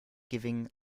giving